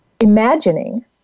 imagining